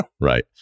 Right